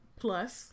plus